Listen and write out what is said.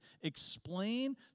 explain